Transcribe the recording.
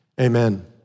Amen